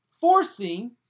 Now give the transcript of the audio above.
forcing